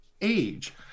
age